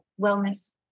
wellness